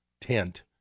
tent